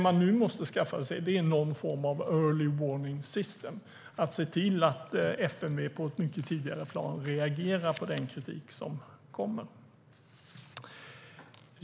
Man måste nu skaffa sig någon form av "early warning system" och se till att FMV i ett mycket tidigare skede reagerar på den kritik som kommer.